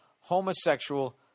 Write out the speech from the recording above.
homosexual